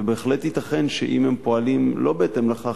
ובהחלט ייתכן שאם הם פועלים שלא בהתאם לכך